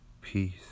peace